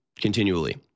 continually